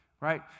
Right